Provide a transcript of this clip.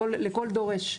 לכל דורש.